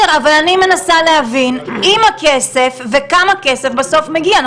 אני מנסה להבין אם הכסף, וכמה כסף בסוף מגיע.